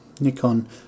Nikon